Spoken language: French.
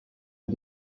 aux